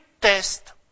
test